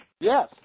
Yes